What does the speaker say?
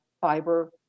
fiber